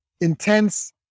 intense